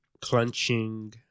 Clenching